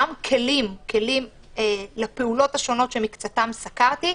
גם כלים לפעולות השונות שמקצתן סקרתי,